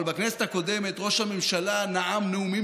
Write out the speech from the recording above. אבל בכנסת הקודמת ראש הממשלה נאם נאומים